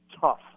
tough